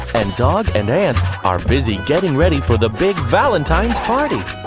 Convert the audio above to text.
and dog and ant are busy getting ready for the big valentine's party.